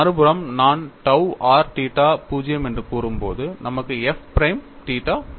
மறுபுறம் நான் tau r theta 0 என்று கூறும்போது நமக்கு f பிரைம் தீட்டா 0